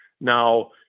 Now